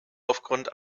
aufgrund